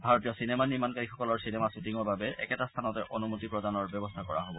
ভাৰতীয় চিনেমা নিৰ্মাণকাৰীসকলৰ চিনেমা খুটিঙৰ বাবে একেটা স্থানতে অনুমতি প্ৰদান ব্যৱস্থা কৰা হব